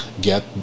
get